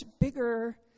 bigger